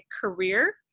career